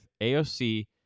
AOC